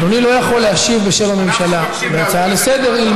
אדוני לא יכול להשיב בשם הממשלה בהצעה לסדר-היום,